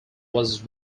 was